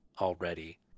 already